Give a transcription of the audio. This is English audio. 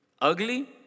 Ugly